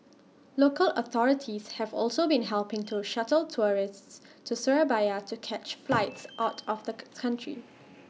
local authorities have also been helping to shuttle tourists to Surabaya to catch flights out of the country